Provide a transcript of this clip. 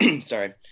Sorry